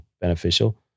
beneficial